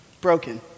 broken